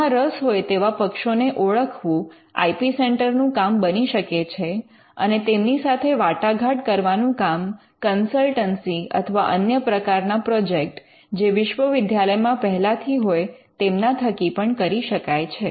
આમાં રસ હોય તેવા પક્ષોને ઓળખવું આઇ પી સેન્ટર નું કામ બની શકે છે અને તેમની સાથે વાટાઘાટ કરવાનું કામ કન્સલ્ટન્સી અથવા અન્ય પ્રકારના પ્રોજેક્ટ જે વિશ્વવિદ્યાલયમાં પહેલાથી હોય તેમના થકી પણ કરી શકાય છે